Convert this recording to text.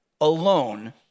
alone